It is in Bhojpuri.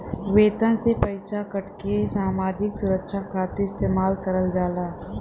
वेतन से पइसा काटके सामाजिक सुरक्षा खातिर इस्तेमाल करल जाला